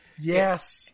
Yes